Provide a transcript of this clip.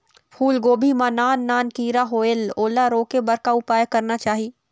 फूलगोभी मां नान नान किरा होयेल ओला रोके बर का उपाय करना चाही?